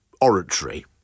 oratory